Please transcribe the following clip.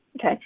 okay